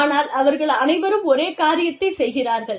ஆனால் அவர்கள் அனைவரும் ஒரே காரியத்தைச் செய்கிறார்கள்